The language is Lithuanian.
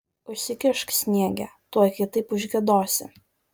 užsikišk sniege tuoj kitaip užgiedosi